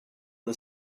the